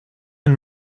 and